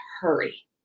hurry